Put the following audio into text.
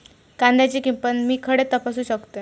कांद्याची किंमत मी खडे तपासू शकतय?